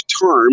term